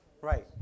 Right